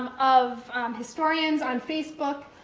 um of historians on facebook.